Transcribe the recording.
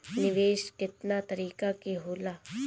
निवेस केतना तरीका के होला?